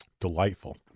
delightful